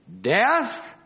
Death